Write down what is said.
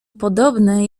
podobne